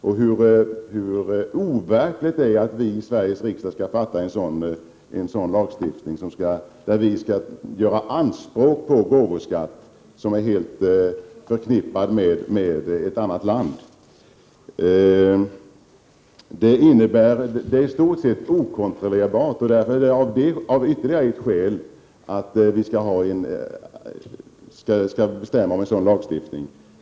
De visar hur overkligt det är att vi i Sveriges riksdag skall anta en lagstiftning, där man skall göra anspråk på skatt på gåvor som är helt förknippade med ett annat land. Transaktionen är i stort sett okontrollerbar, och detta är ytterligare ett skäl till att vi skall rösta mot en sådan lagstiftning.